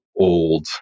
old